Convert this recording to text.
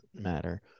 matter